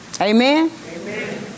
Amen